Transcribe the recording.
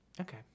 okay